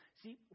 See